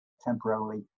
temporarily